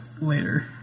later